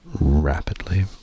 rapidly